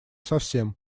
совсем